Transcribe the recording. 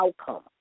outcome